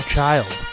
Child